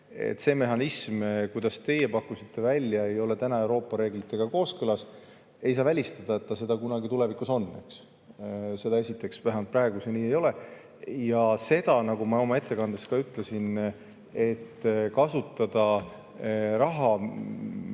see mehhanism, mida teie pakute välja, ei ole täna Euroopa reeglitega kooskõlas. Ei saa välistada, et ta seda kunagi tulevikus on. Aga vähemalt praegu see nii ei ole. Seda esiteks. Ja nagu ma oma ettekandes ka ütlesin, kasutada seda